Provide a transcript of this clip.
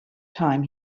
time